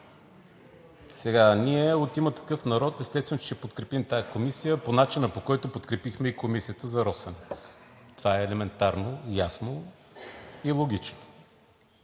Ние от „Има такъв народ“, естествено, че ще подкрепим тази комисия по начина, по който подкрепихме и Комисията за „Росенец“. Това е елементарно, ясно и логично.